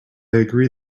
agree